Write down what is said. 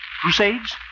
Crusades